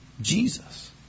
Jesus